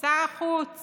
שר החוץ